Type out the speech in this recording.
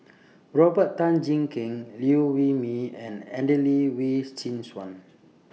Robert Tan Jee Keng Liew Wee Mee and Adelene Wee Chin Suan